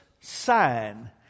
sign